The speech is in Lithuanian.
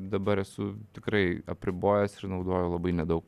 dabar esu tikrai apribojęs ir naudoju labai nedaug